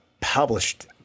published